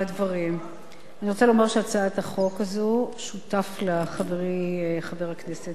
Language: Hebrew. הצעת החוק הזו, שותף לה חברי חבר הכנסת חיים כץ,